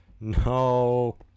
No